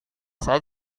saya